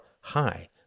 high